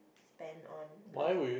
spend on because